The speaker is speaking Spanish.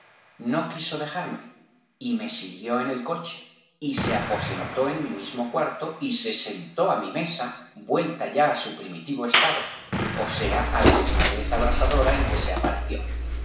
no quiso dejarme y me siguió en el coche y se aposentó en mi mismo cuarto y se sentó á mi mesa vuelta ya á su primitivo estado ó sea á la desnudez abrasadora en que se apareció